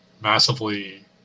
massively